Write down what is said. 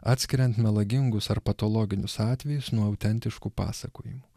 atskiriant melagingus ar patologinius atvejus nuo autentiškų pasakojimų